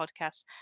podcasts